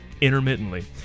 intermittently